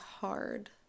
hard